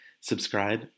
Subscribe